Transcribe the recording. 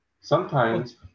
Sometimes-